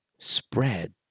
spread